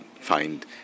find